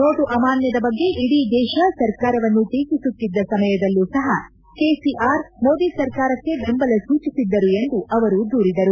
note ಅಮಾನ್ಲದ ಬಗ್ಗೆ ಇಡೀ ದೇಶ ಸರ್ಕಾರವನ್ನು ಟೀಕಿಸುತ್ತಿದ್ದ ಸಮಯದಲ್ಲೂ ಸಹ ಕೆಸಿಆರ್ ಮೋದಿ ಸರ್ಕಾರಕ್ಕೆ ಬೆಂಬಲ ಸೂಚಿಸಿದ್ದರು ಎಂದು ಅವರು ದೂರಿದರು